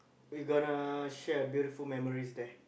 we gonna share a beautiful memories there